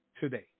today